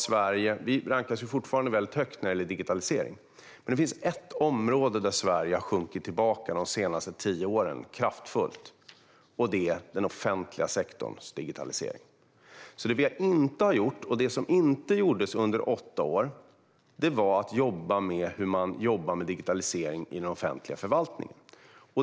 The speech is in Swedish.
Sverige rankas fortfarande mycket högt när det gäller digitalisering. Men det finns ett område där Sverige har sjunkit tillbaka kraftigt de senaste tio åren, och det gäller den offentliga sektorns digitalisering. Det som vi inte har gjort, och som inte gjordes under åtta år, är att jobba med digitaliseringen i den offentliga förvaltningen.